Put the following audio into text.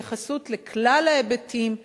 להתייחסות לכלל ההיבטים,